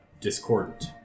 discordant